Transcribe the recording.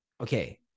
okay